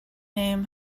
name